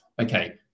okay